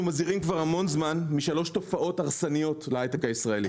אנחנו מזהירים כבר המון זמן משלוש תופעות הרסניות להייטק הישראלי,